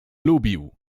lubił